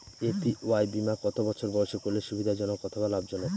APY বীমা কত বছর বয়সে করলে সুবিধা জনক অথবা লাভজনক?